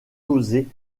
causées